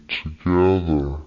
together